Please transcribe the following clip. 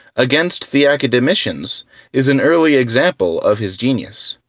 against the academicians is an early example of his genius.